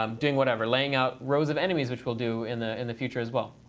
um doing whatever laying out rows of enemies which we'll do in the in the future as well.